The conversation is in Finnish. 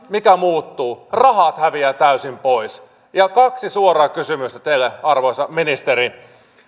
mikä muuttuu rahat häviävät täysin pois kaksi suoraa kysymystä teille arvoisa ministeri